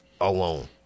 alone